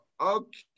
okay